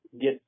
get